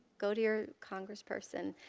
go to your congressperson.